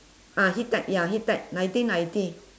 ah heat tech ya heat tech nineteen ninety